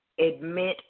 admit